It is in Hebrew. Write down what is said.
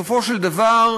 בסופו של דבר,